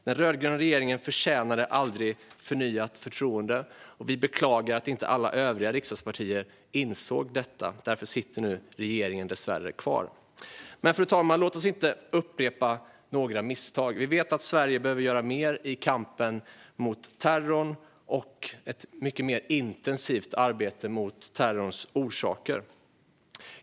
Den rödgröna regeringen förtjänade aldrig förnyat förtroende, och vi beklagar att inte alla övriga riksdagspartier insåg detta. Nu sitter regeringen dessvärre kvar. Fru talman! Låt oss inte upprepa några misstag. Vi vet att Sverige behöver göra mer i kampen mot terrorn och ett mycket mer intensivt arbete mot terrorns orsaker.